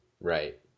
Right